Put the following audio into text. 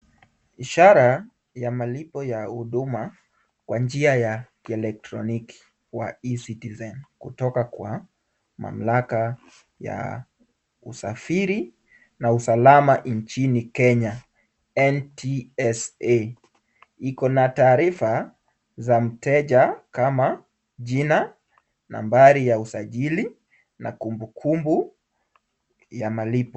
Ishara ya malipo ya huduma kwa njia ya kielektroniki wa e-citizen kutoka kwa mamlaka ya usafiri na usalama nchini Kenya NTSA. Iko na taarifa za mteja kama jina, nambari ya usajili, na kumbukumbu ya malipo.